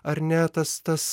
ar ne tas tas